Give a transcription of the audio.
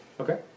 Okay